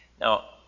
Now